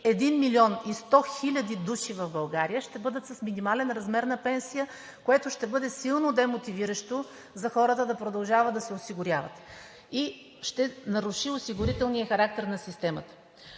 1 млн. 100 хил. души в България ще бъдат с минимален размер на пенсия, което ще бъде силно демотивиращо за хората да продължават да се осигуряват и ще наруши осигурителния характер на системата.